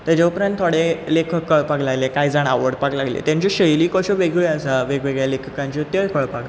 ताज्या उपरांत थोडे लेखक कळपाक लागलें काय जाण आवडपाक लागलें तांच्यो शैली कश्यो वेगळ्यो आसात वेगळ्यावेगळ्या लेखकांच्यो तेंवूय कळपाक लागलें